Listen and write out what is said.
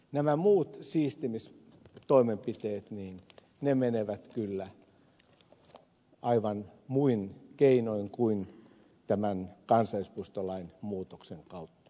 nämä muut siistimistoimenpiteet menevät kyllä aivan muin keinoin kuin tämän kansallispuistolain muutoksen kautta